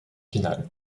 finale